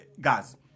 guys